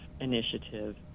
initiative